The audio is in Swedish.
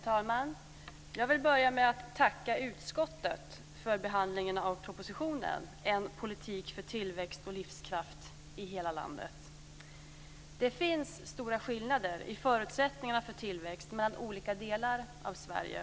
Herr talman! Jag vill börja med att tacka utskottet för behandlingen av propositionen En politik för tillväxt och livskraft i hela landet. Det finns stora skillnader i förutsättningarna för tillväxt mellan olika delar av Sverige.